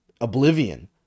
oblivion